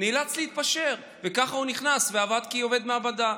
נאלץ להתפשר, וככה הוא נכנס ועבד כעובד מעבדה.